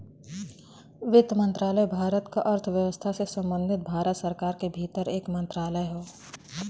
वित्त मंत्रालय भारत क अर्थव्यवस्था से संबंधित भारत सरकार के भीतर एक मंत्रालय हौ